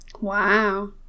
wow